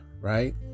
right